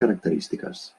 característiques